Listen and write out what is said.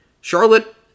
Charlotte